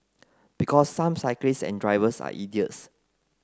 because some cyclists and drivers are idiots